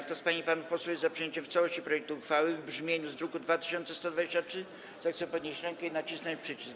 Kto z pań i panów posłów jest za przyjęciem w całości projektu uchwały w brzmieniu z druku nr 2123, zechce podnieść rękę i nacisnąć przycisk.